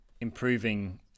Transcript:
improving